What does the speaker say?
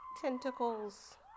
Tentacles